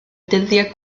dyddiau